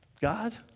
God